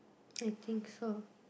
I think so